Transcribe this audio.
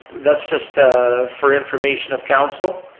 that's just for information of council.